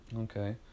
Okay